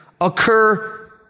occur